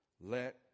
let